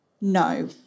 No